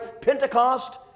Pentecost